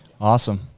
Awesome